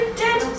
dead